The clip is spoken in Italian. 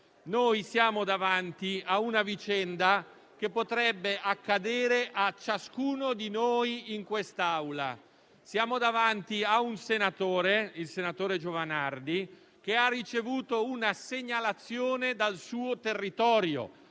Siamo davanti a una vicenda che potrebbe accadere a ciascuno di noi in quest'Aula. Siamo davanti a un senatore, il senatore Giovanardi, che ha ricevuto una segnalazione dal suo territorio.